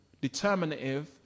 determinative